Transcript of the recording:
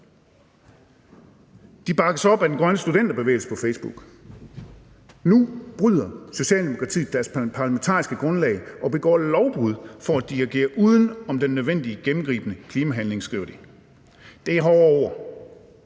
De bakkes op af Den Grønne Studenterbevægelse på Facebook: Nu bryder Socialdemokratiet deres parlamentariske grundlag og begår lovbrud for at dirigere uden om den nødvendige gennemgribende klimahandling, skriver de. Det er hårde ord.